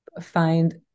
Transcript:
find